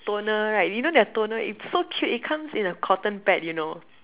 toner right you know their toner it's so cute it comes in a cotton pad you know